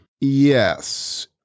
Yes